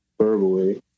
verbally